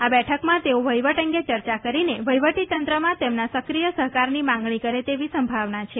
આ બેઠકમાં તેઓ વહિવટ અંગે ચર્ચા કરીને વહિવટી તંત્રમાં તેમના સક્રિય સહકારની માંગણી કરે તેવી સંભાવના છે